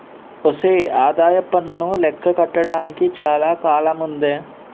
ఒసే ఆదాయప్పన్ను లెక్క కట్టడానికి చాలా కాలముందే